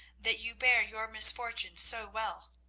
that you bear your misfortunes so well.